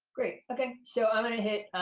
great, okay. so i'm gonna hit.